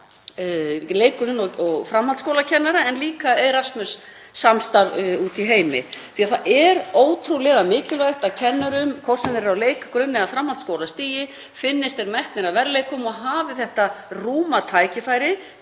leik-, grunn- og framhaldsskólakennara en líka Erasmus-samstarf úti í heimi. Það er ótrúlega mikilvægt að kennurum, hvort sem þeir eru á leik-, grunn- eða framhaldsskólastigi, finnist þeir metnir að verðleikum og hafi þetta rúma tækifæri